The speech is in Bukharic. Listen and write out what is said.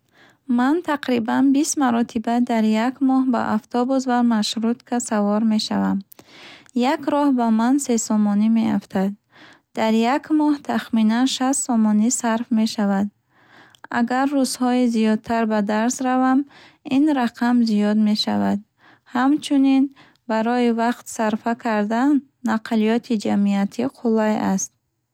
Ман тақрибан бист маротиба дар як моҳ ба автобус ва маршрутка савор мешавам. Як роҳ ба ман се сомонӣ меафтад. Дар як моҳ тахминан шаст сомонӣ сарф мешавад. Агар рӯзҳои зиёдтар ба дарс равам, ин рақам зиёд мешавад. Ҳамчунин, барои вақт сарфа кардан нақлиёти ҷамъиятӣ қулай аст.